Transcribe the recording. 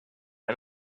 and